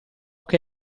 che